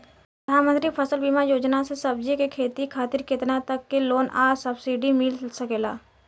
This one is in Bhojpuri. प्रधानमंत्री फसल बीमा योजना से सब्जी के खेती खातिर केतना तक के लोन आ सब्सिडी मिल सकेला?